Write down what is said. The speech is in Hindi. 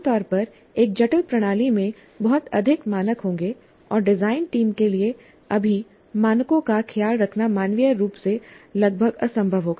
आम तौर पर एक जटिल प्रणाली में बहुत अधिक मानक होंगे और डिजाइन टीम के लिए सभी मानकों का ख्याल रखना मानवीय रूप से लगभग असंभव होगा